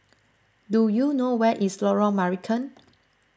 do you know where is Lorong Marican